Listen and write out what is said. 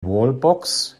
wallbox